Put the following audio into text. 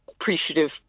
appreciative